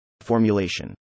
formulation